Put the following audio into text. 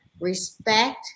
respect